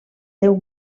déu